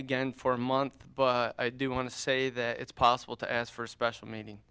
again for a month but i do want to say that it's possible to ask for a special meeting